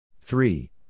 Three